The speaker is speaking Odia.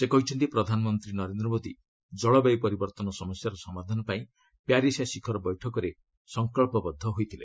ସେ କହିଛନ୍ତି ପ୍ରଧାନମନ୍ତ୍ରୀ ନରେନ୍ଦ୍ର ମୋଦି ଜଳବାୟୁ ପରିବର୍ତ୍ତନ ସମସ୍ୟାର ସମାଧାନପାଇଁ ପ୍ୟାରିସ୍ ଶିଖର ବୈଠକରେ ସଙ୍କଚ୍ଚବଦ୍ଧ ହୋଇଥିଲେ